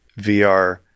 VR